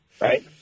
right